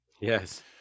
Yes